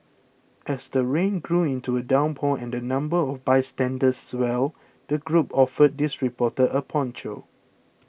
as the rain grew into a downpour and the number of bystanders swelled the group offered this reporter a poncho